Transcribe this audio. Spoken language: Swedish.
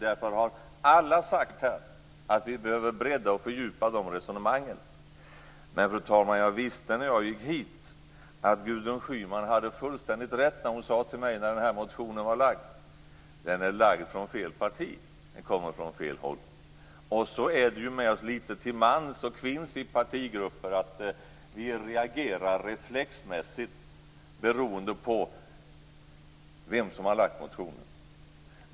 Därför har alla här sagt att vi behöver bredda och fördjupa de resonemangen. Fru talman! Jag visste när jag gick hit att Gudrun Schyman hade fullständigt rätt när hon sade till mig när den här motionen hade väckts: Den är lagd från fel parti; den kommer från fel håll. Så är det med oss lite till mans och kvinns i partigrupperna. Vi reagerar reflexmässigt beroende på vem som har lagt en motion.